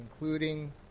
including